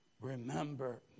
remember